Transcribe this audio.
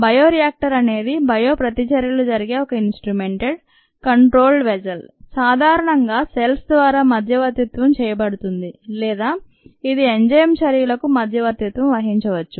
bioreactor అనేది bio ప్రతిచర్యలు జరిగే ఒక ఇనుస్ట్రుమెంటెడ్ కంట్రోల్డ్ వెసల్ సాధారణంగా సెల్స్ ద్వారా మధ్యవర్తిత్వం చేయబడుతుంది లేదా ఇది ఎంజైమ్ చర్యకు మధ్యవర్తిత్వం వహించవచ్చు